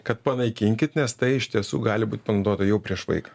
kad panaikinkit nes tai iš tiesų gali būt panaudota jau prieš vaiką